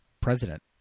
president